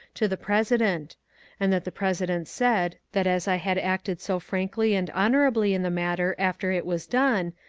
to the president and that the president said that as i had acted so frankly and honourably in the matter after it was done,